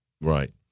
Right